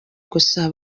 gusa